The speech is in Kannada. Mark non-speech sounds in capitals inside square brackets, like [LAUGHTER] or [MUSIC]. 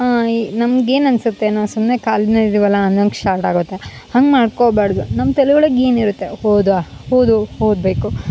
ನಮ್ಗ ಏನು ಅನ್ಸತ್ತೆ ಏನೋ ಸುಮ್ಮನೆ [UNINTELLIGIBLE] ಇದಿವಲ್ಲ ಅನ್ನಂಗ ಸ್ಟಾರ್ಟ್ ಆಗುತ್ತೆ ಹಂಗ ಮಾಡ್ಕೊಬಾಡ್ದು ನಮ್ಮ ತೆಲೆ ಒಳಗ ಏನು ಇರತ್ತೆ ಹೋದ್ವ ಹೋದು ಹೋದ್ಬೇಕು